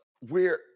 we're-